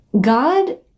God